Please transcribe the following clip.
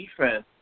defense